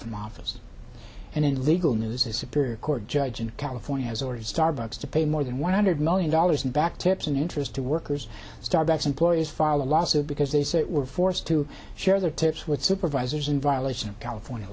from office and in legal news is superior court judge in california has ordered starbucks to pay more than one hundred million dollars in back tips in interest to workers at starbucks employees file a lawsuit because they say it were forced to share their tips with supervisors in violation of california